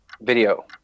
Video